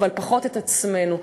אבל פחות את עצמנו,